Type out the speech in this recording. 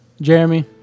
Jeremy